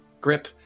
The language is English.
grip